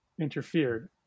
Interfered